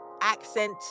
accent